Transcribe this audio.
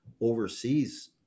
overseas